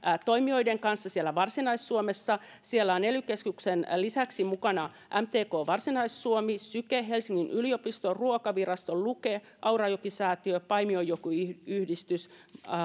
toimijoiden kanssa varsinais suomessa siellä ovat ely keskuksen lisäksi mukana mtk varsinais suomi syke helsingin yliopisto ruokavirasto luke aurajokisäätiö paimionjoki yhdistys